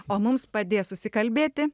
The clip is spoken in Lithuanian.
o mums padės susikalbėti